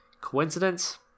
coincidence